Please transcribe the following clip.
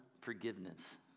forgiveness